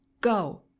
go